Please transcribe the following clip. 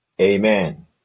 Amen